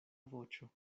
voĉo